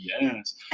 Yes